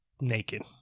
Naked